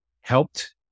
helped